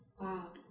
Wow